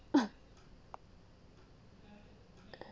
ah